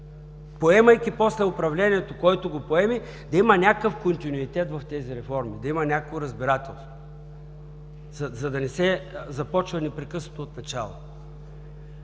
поемайки после управлението, който го поеме, да има някакъв континуитет в тези реформи, да има някакво разбирателство, за да не се започва непрекъснато отначало.